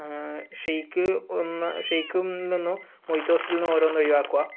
shake ഒന്ന് ഷേയ്ക്കു നിന്നൊന്നു മൊയ്ത്തൊസിൽന്ന് ഓരോന്ന് ഒഴിവാക്കുക